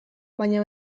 baina